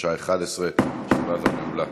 בשעה 11:00. ישיבה זו נעולה.